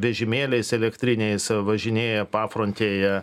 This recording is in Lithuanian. vežimėliais elektriniais važinėja pafrontėje